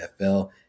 NFL